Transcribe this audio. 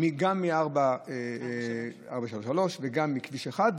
גם מ-443 וגם מכביש 1,